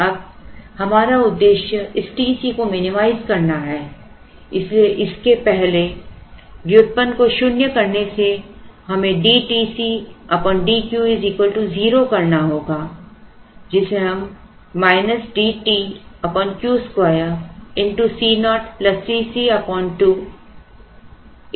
अब हमारा उद्देश्य इस TC को मिनिमाइज करना है इसलिए इसके पहले व्युत्पन्न को शून्य करने से हमें dTCdQ 0 करना होगा जिससे हमें dTQ2 Co Cc2 0 प्राप्त होगा